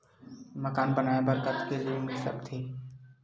मकान बनाये बर कतेकन ऋण मिल सकथे?